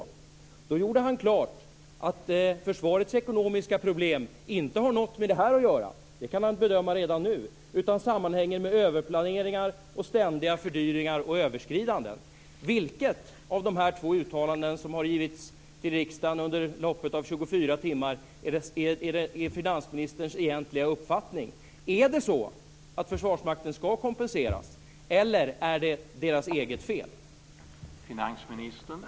Han gjorde klart att försvarets ekonomiska problem inte har något med det här att göra - det kan han bedöma redan nu - utan sammanhänger med överplaneringar, ständiga fördyringar och överskridanden. Vilket av dessa två uttalanden som har gjorts i riksdagen under loppet av 24 timmar svarar mot finansministerns egentliga uppfattning? Skall Försvarsmakten kompenseras, eller är det inträffade dess eget fel?